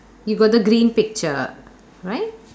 you got the green picture right